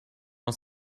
aus